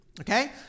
okay